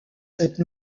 cette